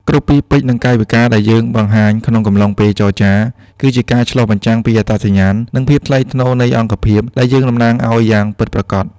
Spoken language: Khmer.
គ្រប់ពាក្យពេចន៍ និងកាយវិការដែលយើងបង្ហាញក្នុងកំឡុងពេលចរចា គឺជាការឆ្លុះបញ្ចាំងពីអត្តសញ្ញាណ និងភាពថ្លៃថ្នូរនៃអង្គភាពដែលយើងតំណាងឱ្យយ៉ាងពិតប្រាកដ។